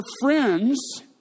friends